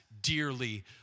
dearly